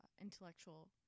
intellectual